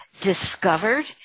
discovered